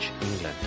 England